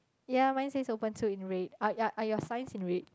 ya mine says open too in red are ya are your signs in red